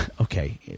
Okay